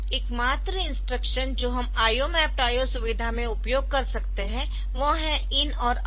एकमात्र इंस्ट्रक्शन जो हम IO मैप्ड IO सुविधा में उपयोग कर सकते है वह है IN और OUT